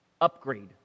upgrade